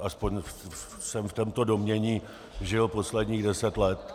Aspoň jsem v tomto domnění žil posledních deset let.